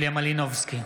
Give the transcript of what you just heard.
יוליה מלינובסקי,